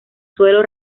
suelo